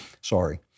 sorry